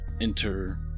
enter